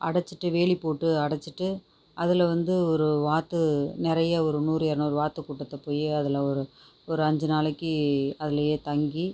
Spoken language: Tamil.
அடைச்சிட்டு வேலி போட்டு அடைச்சிட்டு அதில் வந்து ஒரு வாத்து நிறைய ஒரு நூறு இரநூறு வாத்து கூட்டத்தை போய் அதில் ஒரு ஒரு அஞ்சு நாளைக்கு அதுலேயே தங்கி